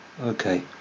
Okay